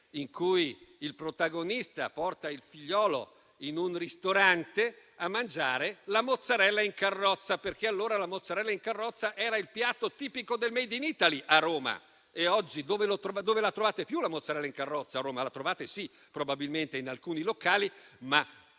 in cui il protagonista porta il figlio in un ristorante a mangiare la mozzarella in carrozza, perché, all'epoca, era il piatto tipico del *made in Italy* a Roma. Oggi dove la trovate più la mozzarella in carrozza a Roma? La trovate, sì, probabilmente, in alcuni locali, ma